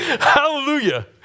Hallelujah